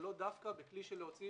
אבל לאו דווקא בכלי של להוציא